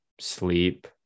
sleep